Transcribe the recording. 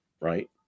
right